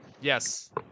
yes